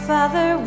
Father